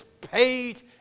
paid